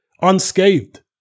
unscathed